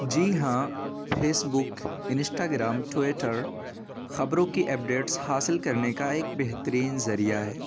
جی ہاں Facebook Instagram Twitter خبروں کی اپ ڈیٹس حاصل کرنے کا ایک بہترین ذریعہ ہے